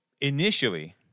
initially